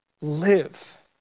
live